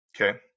okay